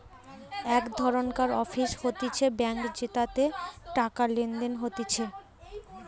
এক ধরণকার অফিস হতিছে ব্যাঙ্ক যেটাতে টাকা লেনদেন হতিছে